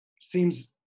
seems